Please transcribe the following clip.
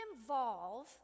involve